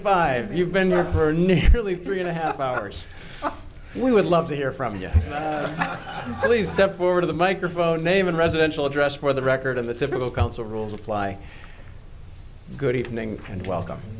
five you've been there for nearly three and a half hours we would love to hear from you please step forward of the microphone name and residential address for the record of the typical council rules apply good evening and welcom